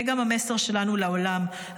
זה גם המסר שלנו לעולם,